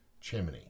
chimney